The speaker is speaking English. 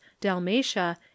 Dalmatia